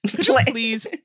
Please